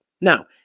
Now